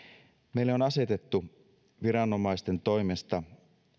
meille on asetettu viranomaisten toimesta